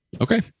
Okay